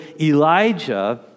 Elijah